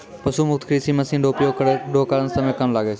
पशु मुक्त कृषि मे मशीन रो उपयोग करै रो कारण समय कम लागै छै